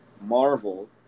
Marvel